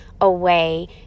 away